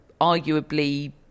arguably